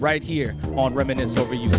right here on reminisce over you